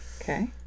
okay